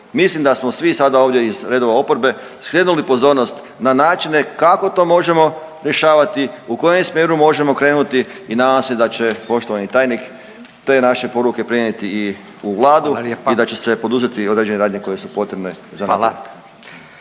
Mislim da smo svi sada ovdje iz redova oporbe skrenuli pozornost na načine kako to možemo rješavati, u kojem smjeru možemo krenuti i nadam se da će poštovani tajnik te naše poruke prenijeti i u Vladu…/Upadica Radin: Hvala lijepa/…i da će se poduzeti određene radnje koje su potrebne za napredak.